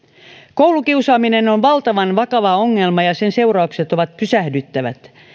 koulukiusaaminen on valtavan vakava ongelma ja sen seuraukset ovat pysähdyttävät